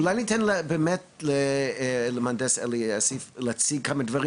אולי ניתן באמת למהנדס אלי אסיף להציג כמה דברים